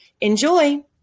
Enjoy